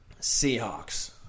Seahawks